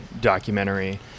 documentary